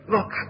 Look